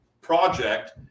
project